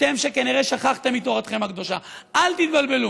אתם, שכנראה שכחתם מתורתכם הקדושה, אל תתבלבלו.